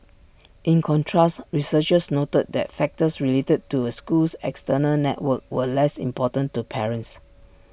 in contrast researchers noted that factors related to A school's external network were less important to parents